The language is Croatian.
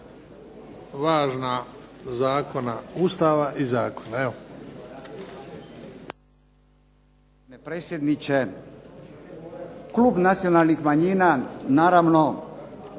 važna zakona. Ustava i zakona.